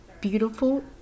beautiful